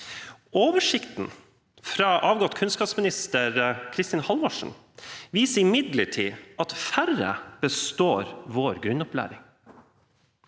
Oversikten fra avgått kunnskapsminister, Kristin Halvorsen, viser imidlertid at færre består vår grunnopplæring.